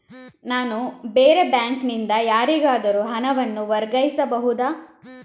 ನಾನು ಬೇರೆ ಬ್ಯಾಂಕ್ ನಿಂದ ಯಾರಿಗಾದರೂ ಹಣವನ್ನು ವರ್ಗಾಯಿಸಬಹುದ?